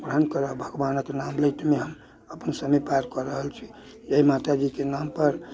परान करब भगवानक नाम लैतमे हम अपन समय पारकऽ रहल छी जे माता जीके नामपर